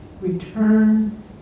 return